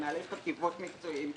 מנהלי חטיבות מקצועיים,